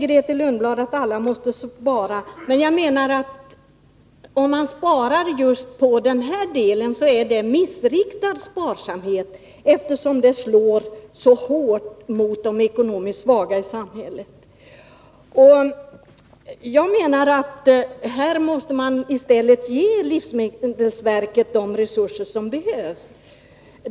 Grethe Lundblad säger att alla måste spara, men jag menar att om man sparar just på den här delen, så är det missriktad sparsamhet, eftersom det slår så hårt mot de ekonomiskt svaga i samhället. Jag menar att man i stället måste ge livsmedelsverket de resurser som behövs.